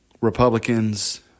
Republicans